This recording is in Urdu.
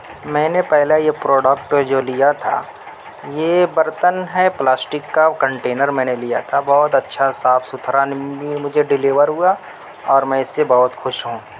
میں نے پہلا یہ پروڈکٹ جو لیا تھا یہ برتن ہے پلاسٹک کا کنٹینر میں نے لیا تھا بہت اچھا صاف ستھرا مجھے ڈلیور ہوا اور میں اس سے بہت خوش ہوں